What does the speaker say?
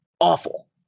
awful